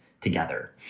together